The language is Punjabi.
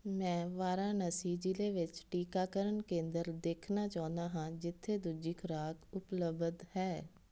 ਮੈਂ ਵਾਰਾਣਸੀ ਜ਼ਿਲ੍ਹੇ ਵਿੱਚ ਟੀਕਾਕਰਨ ਕੇਂਦਰ ਦੇਖਣਾ ਚਾਹੁੰਦਾ ਹਾਂ ਜਿੱਥੇ ਦੂਜੀ ਖੁਰਾਕ ਉਪਲਬਧ ਹੈ